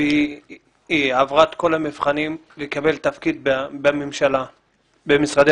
והיא עברה את כל המבחנים כדי לקבל תפקיד במשרד ממשלתי.